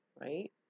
right